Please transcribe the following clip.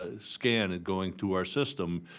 ah scan, and going through our system,